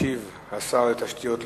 ישיב השר לתשתיות לאומיות,